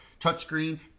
Touchscreen